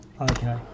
Okay